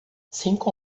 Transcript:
cinco